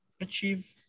achieve